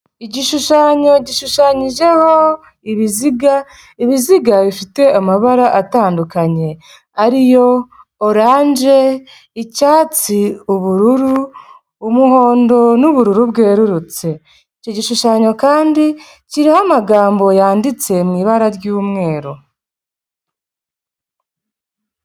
Igishushanyo gishushanyijeho ibiziga, ibiziga bifite amabara atandukanye ari yo: oranje, icyatsi, ubururu, umuhondo, n'ubururu bwerurutse. Icyo gishushanyo kandi kiriho amagambo yanditse mu ibara ry'umweru.